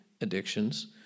addictions